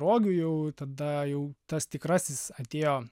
rogių jau tada jau tas tikrasis atėjo